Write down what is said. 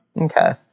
okay